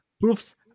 proofs